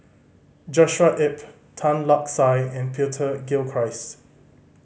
Joshua Ip Tan Lark Sye and Peter Gilchrist